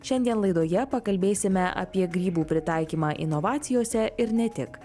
šiandien laidoje pakalbėsime apie grybų pritaikymą inovacijose ir ne tik